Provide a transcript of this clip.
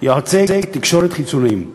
יועצי תקשורת חיצוניים.